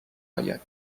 آید